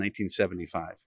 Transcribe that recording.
1975